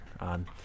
on